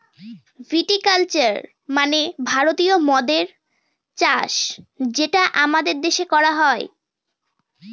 ভিটি culture মানে ভারতীয় মদ্যের চাষ যেটা আমাদের দেশে করা হয়